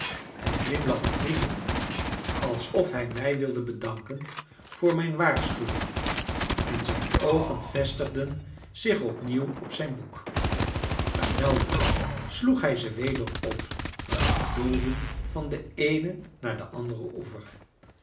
hij glimlachte vriendelijk alsof hij mij wilde bedanken voor mijn waarschuwing en zijn oogen vestigden zich opnieuw op zijn boek maar weldra sloeg hij ze weder op en zij doolden van den eenen naar den anderen oever